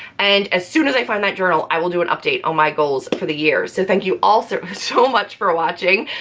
and as soon as i find that journal, i will do an update on my goals for the year. so thank you all sort of so much for watching.